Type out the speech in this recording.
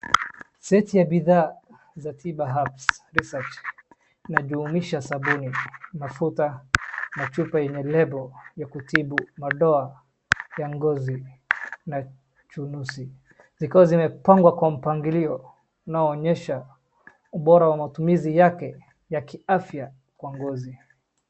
Seti ya bidhaa za TIBA HERBS RESEARCH , inajumuisha sabuni, mafuta na chupa yenye lebo ya kutibu madoa ya ngozi na chunusi, zikiwa zimepangwa kwa mpangilio unaoonyesha ubora wa matumizi yake ya kiafya kwa ngozi.